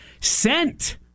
sent